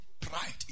pride